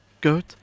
Goat